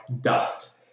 dust